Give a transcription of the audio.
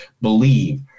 believe